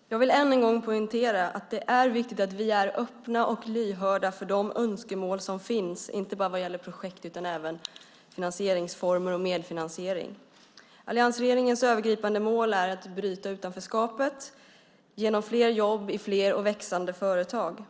Herr talman! Jag vill än en gång poängtera att det är viktigt att vi är öppna och lyhörda för de önskemål som finns inte bara vad gäller projekt utan även när det gäller finansieringsformer och medfinansiering. Alliansregeringens övergripande mål är att bryta utanförskapet genom fler jobb i fler och växande företag.